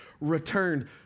returned